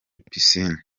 piscine